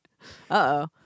Uh-oh